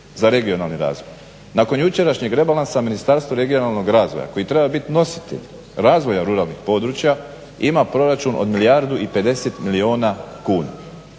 za regionalni razvoj. Nakon jučerašnjeg rebalansa Ministarstvo regionalnog razvoja koji treba biti nositelj razvoja ruralnih područja ima proračun od milijardu i 50 milijuna kuna.